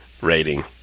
rating